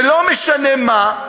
שלא משנה מה,